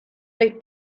play